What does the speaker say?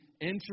enter